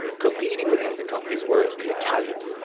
competing with instant coffee were the italians.